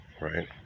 right